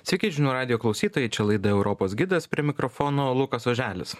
sveiki žinių radijo klausytojai čia laida europos gidas prie mikrofono lukas oželis